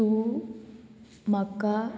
तूं म्हाका